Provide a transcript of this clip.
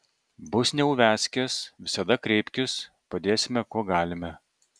bus neuviazkės visada kreipkis padėsime kuo galime